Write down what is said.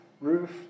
roof